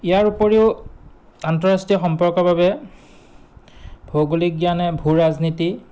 ইয়াৰ উপৰিও আন্তঃৰাষ্ট্ৰীয় সম্পৰ্কৰ বাবে ভৌগোলিক জ্ঞানে ভূ ৰাজনীতি